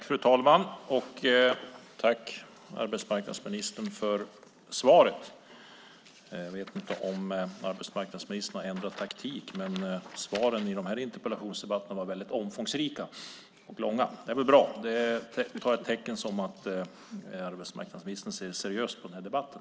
Fru talman! Tack, arbetsmarknadsministern, för svaret. Jag vet inte om arbetsmarknadsministern har ändrat taktik. Svaren i de här interpellationsdebatterna är väldigt omfångsrika och långa. Det är bra. Jag tar det som ett tecken på att arbetsmarknadsministern ser seriöst på den här debatten.